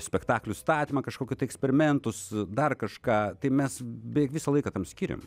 spektaklių statymą kažkokius tai eksperimentus dar kažką tai mes beveik visą laiką tam skyrėm